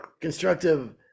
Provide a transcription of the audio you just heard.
constructive